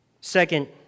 Second